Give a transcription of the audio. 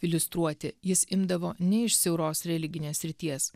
iliustruoti jis imdavo ne iš siauros religinės srities